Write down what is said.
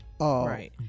Right